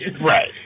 Right